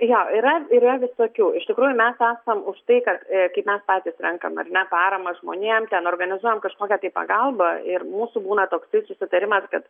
jo yra yra visokių iš tikrųjų mes esam už tai kad kaip mes patys renkam ar ne paramą žmonėm ten organizuojam kažkokią tai pagalbą ir mūsų būna toksai susitarimas kad